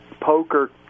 poker